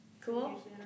Cool